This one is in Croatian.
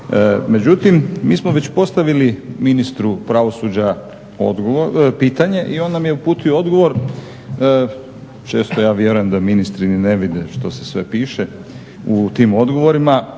Međutim, mi smo već postavili ministru pravosuđa pitanje i on nam je uputio odgovor, često ja vjerujem da ministri ni ne vide što se sve piše u tim odgovorima,